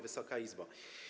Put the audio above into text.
Wysoka Izbo!